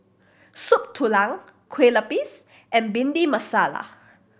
Soup Tulang kue lupis and Bhindi Masala